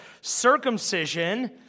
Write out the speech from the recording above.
circumcision